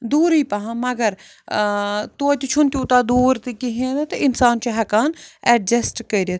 دورٕے پہم مگر ٲں توتہِ چھُنہٕ تیٛوتاہ دوٗر تہِ کہیٖنۍ نہٕ تہٕ انسان چھُ ہیٚکان ایٚڈجَسٹہٕ کرِتھ